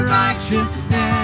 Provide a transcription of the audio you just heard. righteousness